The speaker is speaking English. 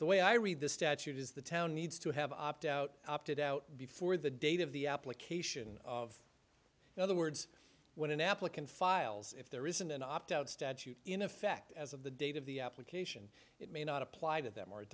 the way i read the statute is the town needs to have opt out opted out before the date of the application of other words when an applicant files if there isn't an opt out statute in effect as of the date of the application it may not apply to them or it